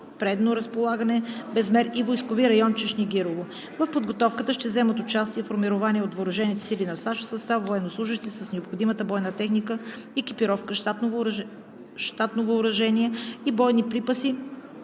предно разполагане „Безмер“ и войскови район Чешнегирово. В подготовката ще вземат участие формирование от въоръжените сили на САЩ в състав от военнослужещи с необходимата бойна техника, екипировка, щатно въоръжение и бойни припаси,